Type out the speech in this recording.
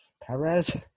Perez